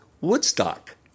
Woodstock